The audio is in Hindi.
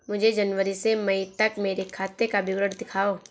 मुझे जनवरी से मई तक मेरे खाते का विवरण दिखाओ?